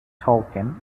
tolkien